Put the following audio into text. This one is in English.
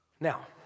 Now